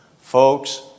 Folks